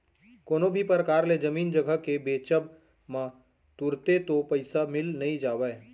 कोनो भी परकार ले जमीन जघा के बेंचब म तुरते तो पइसा मिल नइ जावय